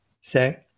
say